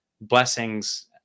blessings